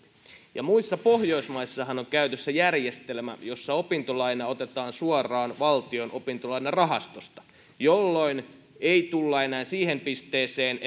muissa pohjoismaissahan on käytössä järjestelmä jossa opintolaina otetaan suoraan valtion opintolainarahastosta jolloin ei tulla enää siihen pisteeseen